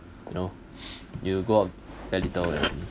you know you go out pla~ little and